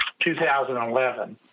2011